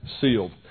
sealed